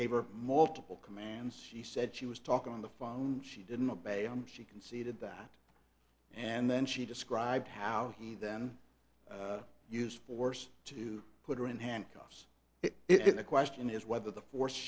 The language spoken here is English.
gave her multiple commands she said she was talking on the phone she didn't obey him she conceded that and then she described how he then use force to put her in handcuffs if the question is whether the force